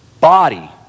body